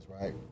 right